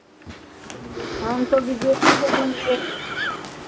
हम तो B J P को देंगे